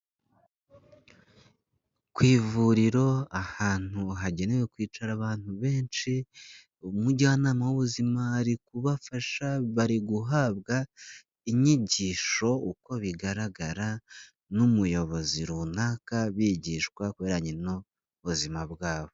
Ku ivuriro, ahantu hagenewe kwicara abantu benshi, umujyanama w'ubuzima ari kubafasha, bari guhabwa inyigisho uko bigaragara n'umuyobozi runaka, bigishwa ku bijyanye n'ubuzima bwabo.